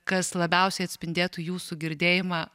kas labiausiai atspindėtų jūsų girdėjimą